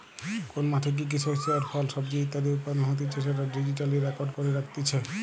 কোন মাঠে কি কি শস্য আর ফল, সবজি ইত্যাদি উৎপাদন হতিছে সেটা ডিজিটালি রেকর্ড করে রাখতিছে